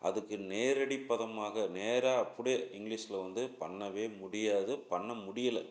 அதுக்கு நேரடி பதமாக நேராக அப்புடி இங்கிலிஷ்ல வந்து பண்ணவே முடியாது பண்ண முடியலை